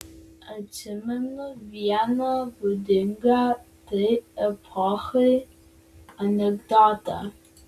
atsimenu vieną būdingą tai epochai anekdotą